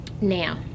now